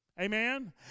Amen